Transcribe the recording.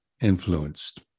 influenced